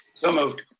so moved.